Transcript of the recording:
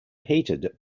heated